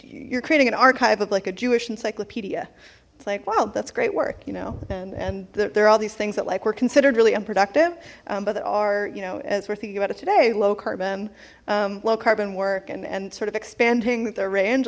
you're creating an archive of like a jewish encyclopedia it's like wow that's great work you know and and there are all these things that like we're considered really unproductive but there are you know as we're thinking about it today low carbon low carbon work and and sort of expanding their range